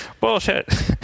bullshit